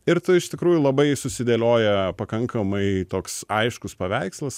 ir tu iš tikrųjų labai susidėlioja pakankamai toks aiškus paveikslas